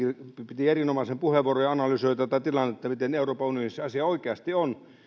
piti erinomaisen puheenvuoron ja analysoi tätä tilannetta miten euroopan unionissa asia oikeasti on